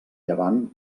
llevant